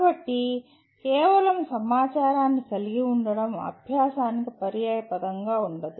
కాబట్టి కేవలం సమాచారాన్ని కలిగి ఉండటం అభ్యాసానికి పర్యాయపదంగా ఉండదు